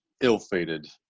ill-fated